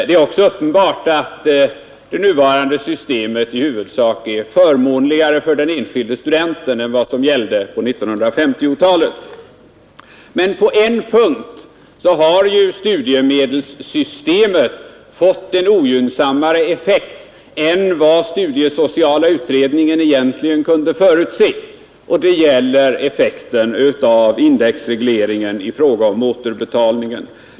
Det är också uppenbart att det nuvarande systemet i huvudsak är förmånligare för den enskilde studenten än vad som gällde på 1950-talet. Men på en punkt har studiemedelssystemet fått en ogynnsammare effekt än vad studiesociala utredningen egentligen kunde förutse, och det är effekten av indexregleringen i fråga om återbetalningen.